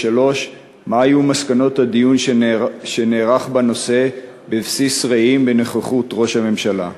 3. מה היו מסקנות הדיון שנערך בנושא בבסיס רעים בנוכחות ראש הממשלה?